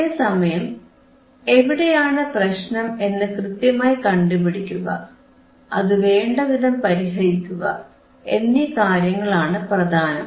അതേസമയം എവിടെയാണ് പ്രശ്നം എന്നു കൃത്യമായി കണ്ടുപിടിക്കുക അത് വേണ്ടവിധം പരിഹരിക്കുക എന്നീ കാര്യങ്ങളാണ് പ്രധാനം